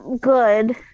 good